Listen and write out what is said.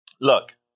Look